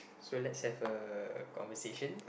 so let's have a conversation